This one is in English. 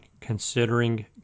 considering